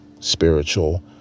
Spiritual